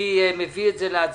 אני מביא את זה להצבעה.